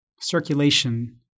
circulation